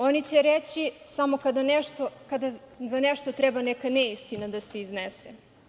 Oni će reći samo kada za nešto treba neka neistina da se iznese.